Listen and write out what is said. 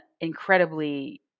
incredibly